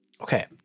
Okay